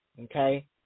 Okay